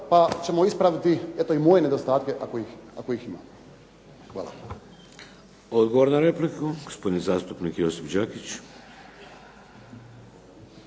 pa ćemo ispraviti eto i moje nedostatke ako ih imam. **Šeks, Vladimir (HDZ)** Odgovor na repliku, gospodin zastupnik Josip Đakić.